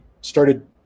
started